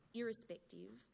irrespective